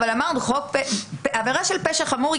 אבל אמרנו שעבירה של פשע חמור,